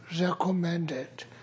recommended